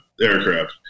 aircraft